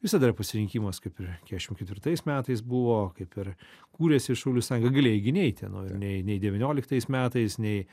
visada yra pasirinkimas kaip ir keturiasdešimt ketvirtais metais buvo kaip ir kūrėsi šaulių sąjunga galėjai gi neiti nu ir nei nei devynioliktas metais nei